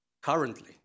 currently